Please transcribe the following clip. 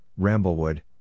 Ramblewood